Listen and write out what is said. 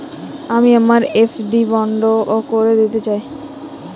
আমি আমার এফ.ডি বন্ধ করে দিতে চাই